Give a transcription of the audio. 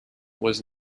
was